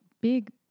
big